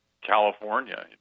California